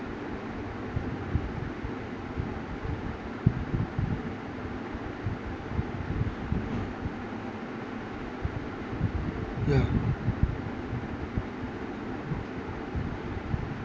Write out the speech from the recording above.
yeah